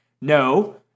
No